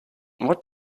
what